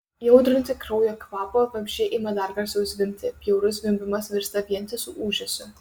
įaudrinti kraujo kvapo vabzdžiai ima dar garsiau zvimbti bjaurus zvimbimas virsta vientisu ūžesiu